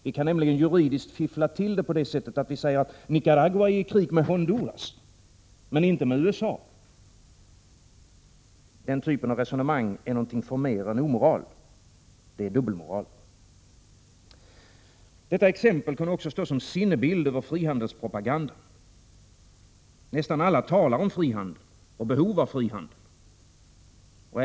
Vi kan nämligen juridiskt fiffla till det så att vi säger att Nicaragua är i krig med Honduras men inte med USA. Detta resonemang är något förmer än omoral. Det är dubbelmoral. Detta exempel kunde stå som sinnebild över frihandelspropagandan. Nästan alla talar om frihandel och behov av frihandel.